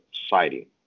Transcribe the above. society